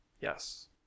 yes